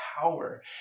power